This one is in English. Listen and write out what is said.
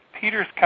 Peter's